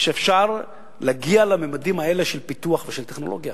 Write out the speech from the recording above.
שאפשר להגיע לממדים האלה של פיתוח ושל טכנולוגיה.